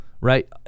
right